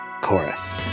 chorus